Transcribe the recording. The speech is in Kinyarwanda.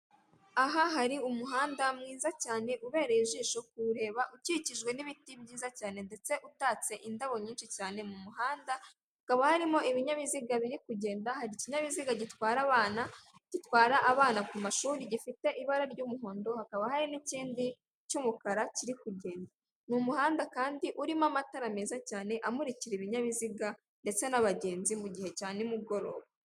Aha hari umuhanda mwiza cyane ubereye ijisho kuwureba ukikijwe n'ibiti byiza cyane, ndetse utatse indabo nyinshi cyane mu muhanda, hakaba harimo ibinyabiziga biri kugenda hari ikinyabiziga gitwara abana gitwara abana ku mashuri gifite ibara ry'umuhondo, hakaba hari n'ikindi cy'umukara kiri kugenda. Ni umuhanda kandi urimo amatara meza cyane amurikira ibinyabiziga ndetse n'abagenzi mu gihe cya nimugoroba.